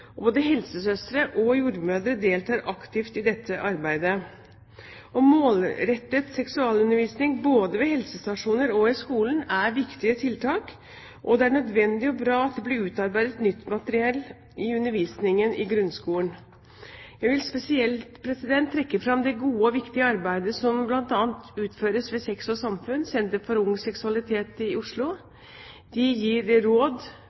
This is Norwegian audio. Både helsesøstre og jordmødre deltar aktivt i dette arbeidet. Målrettet seksualundervisning både ved helsestasjoner og i skolen er viktige tiltak, og det er nødvendig og bra at det blir utarbeidet nytt materiell i undervisningen i grunnskolen. Jeg vil spesielt trekke fram det gode og viktige arbeidet som utføres ved bl.a. Sex og samfunn, senter for ung seksualitet, i Oslo. De gir råd,